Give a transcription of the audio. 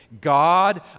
God